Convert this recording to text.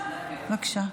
בבקשה.